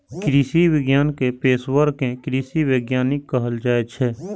कृषि विज्ञान के पेशवर कें कृषि वैज्ञानिक कहल जाइ छै